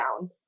down